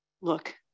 Look